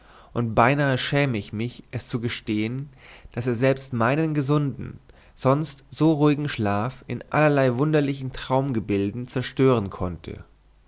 und beinahe schäme ich mich es zu gestehen daß er selbst meinen gesunden sonst so ruhigen schlaf in allerlei wunderlichen traumgebilden zerstören konnte